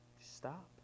stop